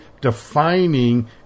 defining